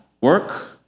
work